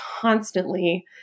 constantly